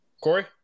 corey